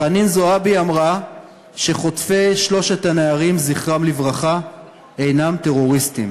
חנין זועבי אמרה שחוטפי שלושת הנערים זכרם לברכה אינם טרוריסטים.